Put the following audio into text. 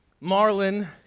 Marlin